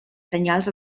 senyals